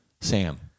Sam